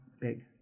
big